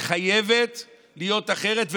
היא חייבת להיות אחרת,